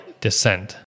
descent